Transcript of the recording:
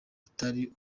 atari